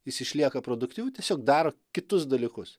jis išlieka produktyviu tiesiog daro kitus dalykus